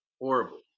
horrible